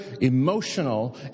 emotional